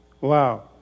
Wow